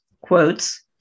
quotes